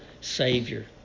Savior